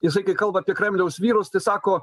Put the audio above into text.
jisai kai kalba apie kremliaus vyrus tai sako